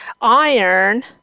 iron